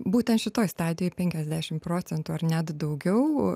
būtent šitoj stadijoj penkiasdešimt procentų ar net daugiau